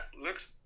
looks